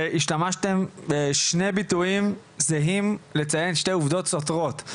השתמשתם בשני ביטויים זהים על מנת לציין שתי עובדות סותרות.